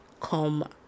come